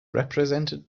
represented